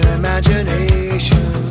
imagination